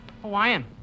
Hawaiian